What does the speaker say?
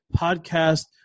podcast